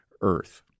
earth